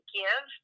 give